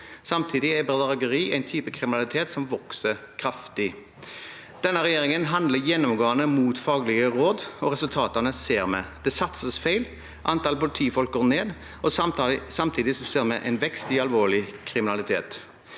Samtidig er bedrageri en type kriminalitet som vokser kraftig. Denne regjeringen handler gjennomgående mot faglige råd, og resultatene ser vi. Det satses feil, antall politifolk går ned, og samtidig ser vi en vekst i alvorlig kriminalitet.